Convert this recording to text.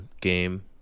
game